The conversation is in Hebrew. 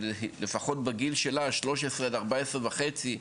שלפחות בגיל שלה, 13 עד 14 וחצי,